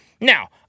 Now